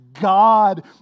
God